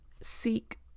seek